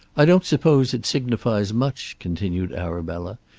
i don't suppose it signifies much, continued arabella,